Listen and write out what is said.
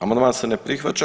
Amandman se ne prihvaća.